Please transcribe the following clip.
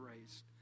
raised